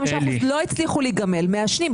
אחוזים לא הצליחו להיגמל והם מעשנים.